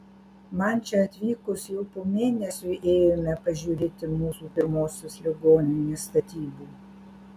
man čia atvykus jau po mėnesio ėjome pažiūrėti mūsų pirmosios ligoninės statybų